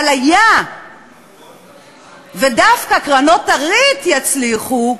אבל היה ודווקא קרנות הריט יצליחו,